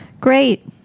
Great